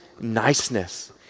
niceness